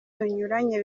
binyuranye